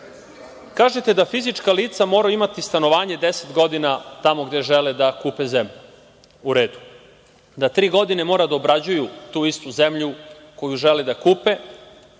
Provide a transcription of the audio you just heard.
vama? Kažete da fizička lica moraju imati stanovanje 10 godina tamo gde žele da kupe zemlju. U redu. Da tri godine moraju da obrađuju tu istu zemlju koju žele da kupe